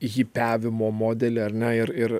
hipiavimo modelį ar ne ir ir